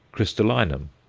crystallinum,